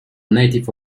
native